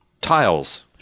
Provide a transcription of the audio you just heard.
tiles